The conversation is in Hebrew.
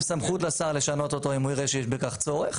אם סמכות לשר לשנות אותו אם הוא יראה שיש בכך צורך,